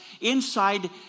inside